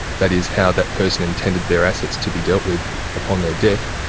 that is how that person intended their assets to be dealt with upon their death,